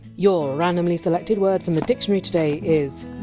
your randomly selected word from the dictionary today is!